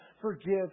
forgive